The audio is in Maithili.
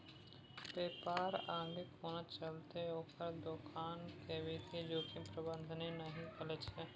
बेपार आगाँ कोना चलतै ओकर दोकान केर वित्तीय जोखिम प्रबंधने नहि कएल छै